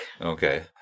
Okay